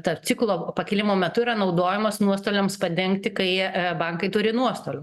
tarp ciklo pakilimo metu yra naudojamas nuostoliams padengti kai bankai turi nuostolių